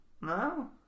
No